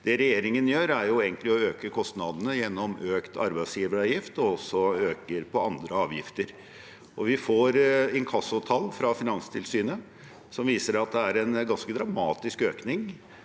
Det regjeringen gjør, er egentlig å øke kostnadene, gjennom økt arbeidsgiveravgift og også økning i andre avgifter. Vi får inkassotall fra Finanstilsynet som viser at det er en ganske dramatisk økning.